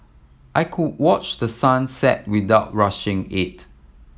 I could watch the sun set without rushing it